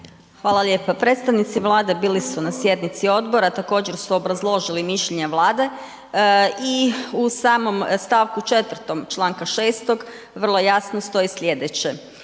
Hvala lijepo. Predstavnici Vlade bili su na sjednici odbora, također su obrazložili mišljenja Vlade i u samom st. 4. čl. 6. vrlo jasno stoji slijedeće,